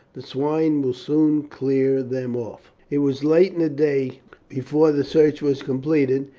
the swine will soon clear them off. it was late in the day before the search was completed,